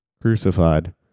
Crucified